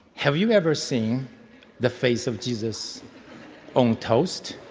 have you ever seen the face of jesus on toast?